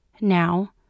Now